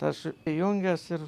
aš jungiuos ir